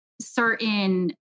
certain